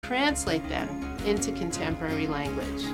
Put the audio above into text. Translated into Contemporary Language